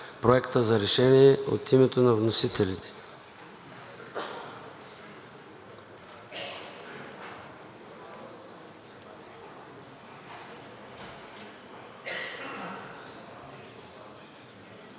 Проекта на решение от името на вносителите.